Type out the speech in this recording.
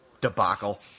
debacle